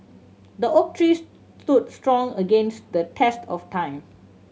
the oak trees stood strong against the test of time